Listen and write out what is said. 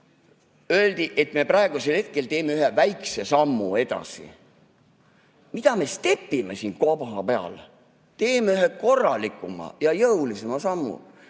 Öeldi, et me praegu teeme ühe väikse sammu edasi. Mida me stepime siin kohapeal, teeme ühe korralikuma ja jõulisema sammu!